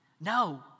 No